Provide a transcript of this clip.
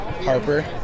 Harper